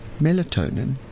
melatonin